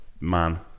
man